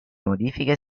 modifiche